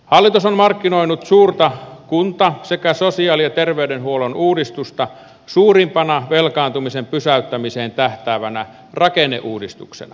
hallitus on markkinoinut suurta kunta sekä sosiaali ja terveydenhuollon uudistusta suurimpana velkaantumisen pysäyttämiseen tähtäävänä rakenneuudistuksena